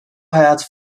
hayat